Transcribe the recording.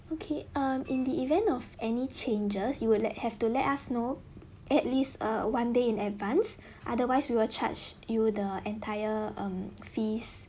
okay um in the event of any changes you will have to let us know at least err one day in advance otherwise we will charge you the entire um fees